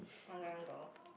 one guy one girl